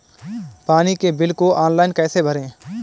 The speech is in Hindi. पानी के बिल को ऑनलाइन कैसे भरें?